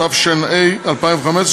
התשע"ה 2015,